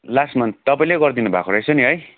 last month तपाईँले गरिदिनु भएको रहेछ नि है